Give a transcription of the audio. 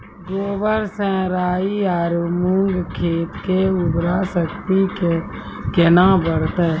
गोबर से राई आरु मूंग खेत के उर्वरा शक्ति केना बढते?